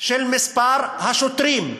של מספר השוטרים,